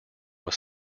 was